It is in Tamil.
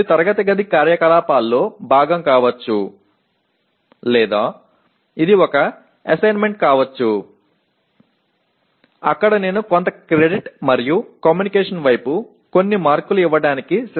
இது வகுப்பறை செயல்பாட்டின் ஒரு பகுதியாக இருக்கலாம் அல்லது அது ஒரு மதிப்பீடாக இருக்கக்கூடும் அங்கு நான் சில வரவு மற்றும் தகவல்தொடர்புக்கு சில மதிப்பெண்கள் கொடுக்க தயாராக இருக்கிறேன்